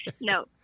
No